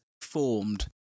formed